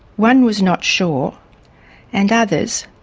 one was not sure and others,